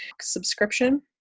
subscription